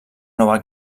nova